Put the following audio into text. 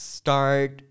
start